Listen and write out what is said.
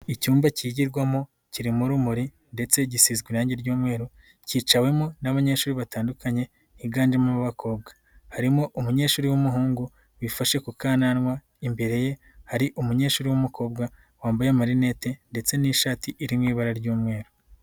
Icyumba kigirwamo kirimo umuri ndetse gisizwe irange ry'yumweru, cyicawemo n'abanyeshuri batandukanye higanjemo ab'abakobwa harimo umunyeshuri w'umuhungu wifashe ku kananwa, imbere ye hari umunyeshuri w'umukobwa wambaye amarinete ndetse n'ishati iri mu ibara ry'umweru.